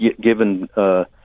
given